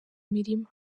mirima